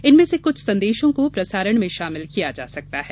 इनमें कुछ संदेशों को प्रसारण में शामिल किया जा सकता है